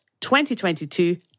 2022